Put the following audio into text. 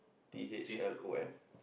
T H L O N